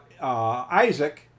Isaac